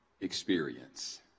experience